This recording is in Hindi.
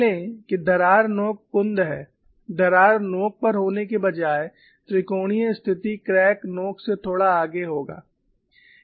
मान लें कि दरार नोक कुंद है दरार नोक पर होने के बजाय त्रिकोणीय स्थिति क्रैक्स नोक से थोड़ा आगे होगा